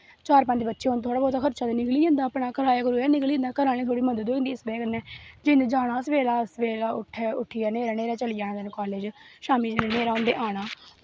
चार पंज बच्चे होन थोह्ड़ा मता खर्चा ते निकली जंदा अपना कराया करुया निकली जंदा घरे आह्लें दी ममद होई जंदी इस बजह कन्नै जि'नें जाना ऐ सवेला न्हेरै न्हेरै चली जाना कालेज शामीं जिसलै न्हेरा होंदे आना